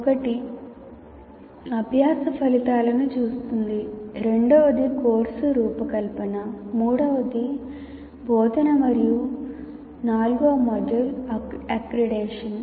ఒకటి అభ్యాస ఫలితాలను చూస్తోంది రెండవది కోర్సు రూపకల్పన మూడవది బోధన మరియు నాల్గవ మాడ్యూల్ అక్రిడిటేషన్